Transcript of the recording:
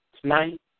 tonight